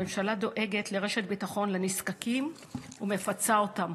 הממשלה דואגת לרשת ביטחון לנזקקים ומפצה אותם,